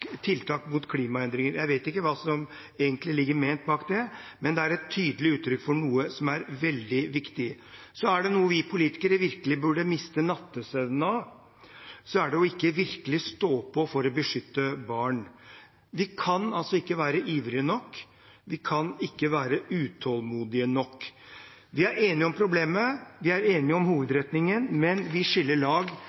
tiltak mot klimaendringer? Jeg vet ikke hva som egentlig er ment og ligger bak det, men det er et tydelig uttrykk for noe som er veldig viktig. Er det noe vi politikere virkelig burde miste nattesøvnen av, er det å ikke virkelig stå på for å beskytte barn. Vi kan altså ikke være ivrige nok. Vi kan ikke være utålmodige nok. Vi er enige om problemet. Vi er enige om